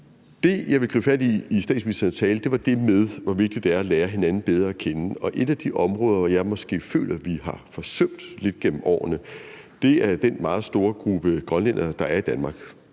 Det, jeg vil gribe fat i fra statsministeren tale, er det, der handler om, hvor vigtigt det er at lære hinanden bedre at kende. Et af de områder, som jeg måske føler, at vi gennem årene lidt har forsømt, er den meget store gruppe grønlændere, der er i Danmark.